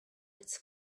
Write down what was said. its